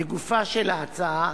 לגופה של ההצעה,